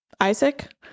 Isaac